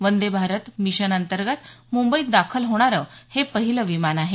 Vande Bharat mission अंतर्गत मुंबईत दाखल होणारं हे पहिलं विमान आहे